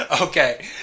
Okay